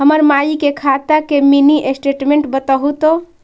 हमर माई के खाता के मीनी स्टेटमेंट बतहु तो?